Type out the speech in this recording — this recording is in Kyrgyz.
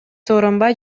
сооронбай